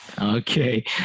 okay